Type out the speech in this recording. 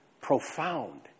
profound